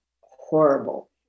horrible